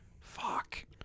Fuck